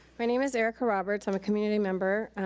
my name is erica roberts. i'm a community member.